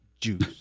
juice